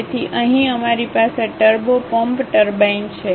તેથી અહીં અમારી પાસે ટર્બો પંપ ટર્બાઇન છે